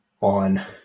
on